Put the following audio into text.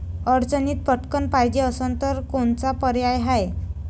अडचणीत पटकण पायजे असन तर कोनचा पर्याय हाय?